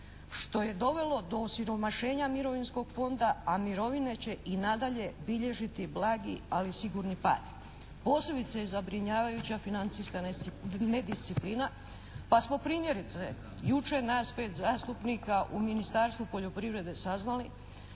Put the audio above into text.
što je dovelo do osiromašenje Mirovinskog fonda, a mirovine će i nadalje bilježiti blagi ali sigurni pad. Posebice je zabrinjavajuća financijska nedisciplina pa smo primjerice jučer nas pet zastupnika u Ministarstvu poljoprivrede saznali